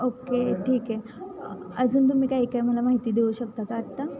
okay ठीक आहे अजून तुम्ही काही काय मला माहिती देऊ शकता का आत्ता